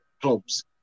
clubs